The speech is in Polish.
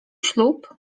ślub